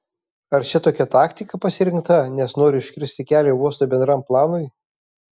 ar čia tokia taktika pasirinkta nes nori užkirsti kelią uosto bendram planui